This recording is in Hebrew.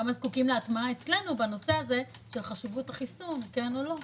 כמה זקוקים להטמעה אצלנו בנושא הזה של חשיבות החיסון כן או לא.